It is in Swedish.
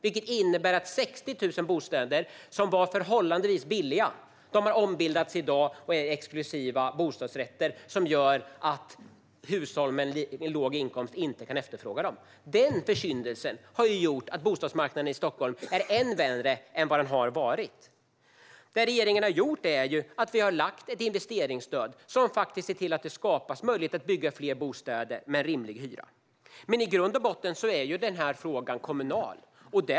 Det innebär att 60 000 bostäder som var förhållandevis billiga har ombildats och är i dag exklusiva bostadsrätter. Det gör att hushåll med en låg inkomst inte kan efterfråga dem. Den försyndelsen har gjort att bostadsmarknaden i Stockholm är än värre än vad den har varit. Det regeringen har gjort är att den har lagt fram ett investeringsstöd som ser till att det skapas möjligheter att bygga fler bostäder med rimlig hyra. I grund och botten är frågan kommunal.